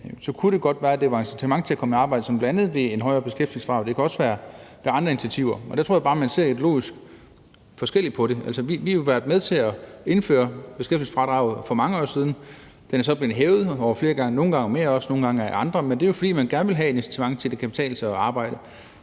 Så kunne det godt være, at det var et incitament til at komme i arbejde, bl.a. ved et højere beskæftigelsesfradrag. Det kan også være ved andre initiativer. Jeg tror bare, at man ser ideologisk forskelligt på det. Vi har jo været med til at indføre beskæftigelsesfradraget for mange år siden. Det er så blevet hævet over flere gange. Nogle gange med os, andre gange af andre. Men det er jo, fordi man gerne vil have et incitament til, at det kan betale sig at arbejde.